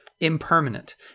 Impermanent